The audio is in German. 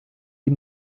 die